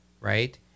right